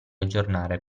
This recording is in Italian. aggiornare